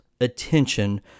attention